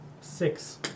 Six